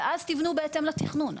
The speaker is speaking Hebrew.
ואז תבנו בהתאם לתכנון,